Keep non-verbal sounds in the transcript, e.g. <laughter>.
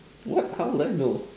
<noise> what how would I know